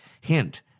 Hint